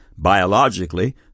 Biologically